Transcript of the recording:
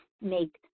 make